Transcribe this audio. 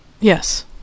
Yes